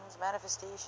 manifestation